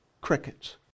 Crickets